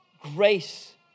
grace